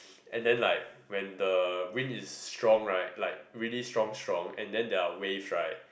and then like when the wind is strong right like really strong strong and then there are waves right